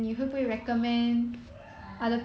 orh